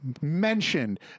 mentioned